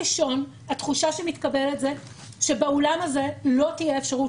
התחושה שמתקבלת היא שבאולם הזה לא תהיה אפשרות,